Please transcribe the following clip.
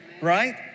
Right